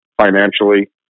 financially